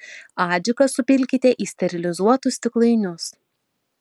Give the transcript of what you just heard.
adžiką supilkite į sterilizuotus stiklainius